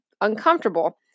uncomfortable